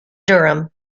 durham